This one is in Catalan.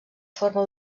forma